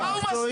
מה הוא מסתיר?